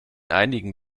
einigen